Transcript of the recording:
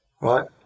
right